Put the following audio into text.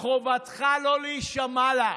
חובתך לא להישמע לה.